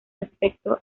respecto